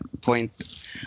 point